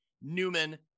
Newman